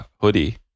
hoodie